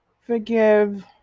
forgive